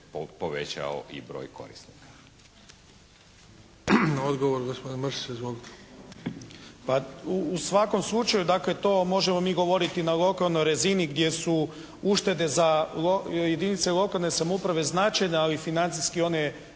gospodin Mršić. Izvolite. **Mršić, Zvonimir (SDP)** U svakom slučaju dakle to možemo mi govoriti na lokalnoj razini gdje su uštede za jedinice lokalne samouprave značajne ali financijski one